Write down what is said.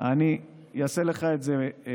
אני אעשה לך את זה.